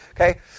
Okay